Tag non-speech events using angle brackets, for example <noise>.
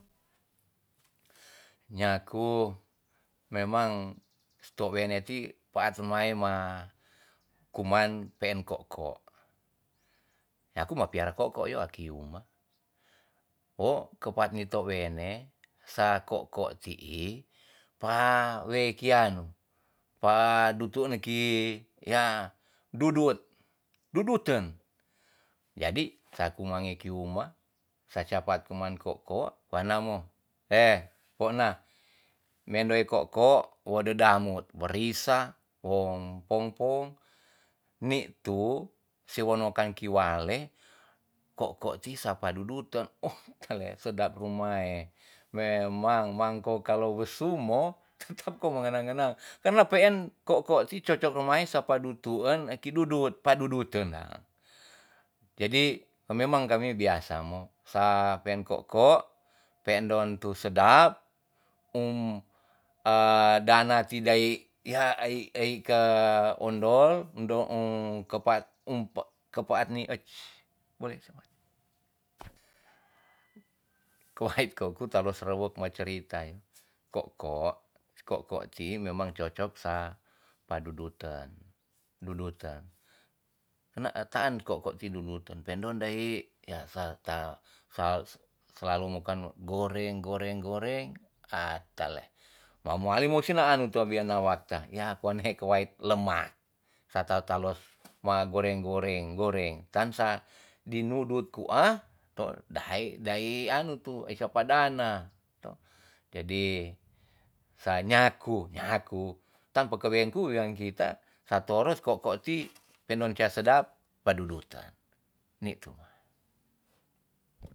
Nyaku memang si tou wene ti paat remae ma kuman peen ko'ko nyaku ma piara ko'ko yo aki uma wo kepat ti tou wene sa ko'ko ti'i pa we kianu pa dutu ni ki ya dudut duduten jadi saku mange ki uma sa sia pa kuman ko'ko pa namo he wo ena nende ko'ko we dedamut werisa wong pompong ni tu si wono kan ki wale ko'ko ti sapa dudutan o tleh sedap rumae memang mangko kalo we sumo tetep <laughs> ko mengena ngena karna peen ko'ko ti cocok rumae sapa du tu en aki dudut pa duduten dang jadi memang kami biasa mo sa peen ko'ko pe ndon tu sedap um a dana ti dai ya ai ei ke ondol ondo u e kepa um pa ke paat ni eit bole se mati <noise> kowait ko ku ta los rewok ma cerita yo ko'ko- ko'ko ti memang cocok sa pa duduten- duduten na taan ko'ko ti duduten pe ndon dai ya sa ta sa slalu mokan goreng goreng goreng a tleh ma muali musin na anu tu weana wakta ya wan he kowait lemah sa ta ta los ma goreng goreng goreng tan sa di nudut ku a to dae dae anu tu ei sapa dana toh jadi sa nyaku- nyaku tan pe keweng ku wean kita sa toros ko'ko ti pe'ndon sia sedap pa dudutan ni tu